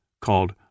called